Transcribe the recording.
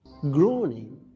Groaning